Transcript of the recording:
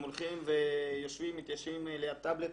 הם הולכים ומתיישבים ליד טבלט,